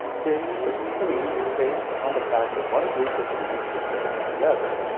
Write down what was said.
this opinion is based on the fact that one group of students did better than the other,